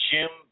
Jim